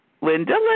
Linda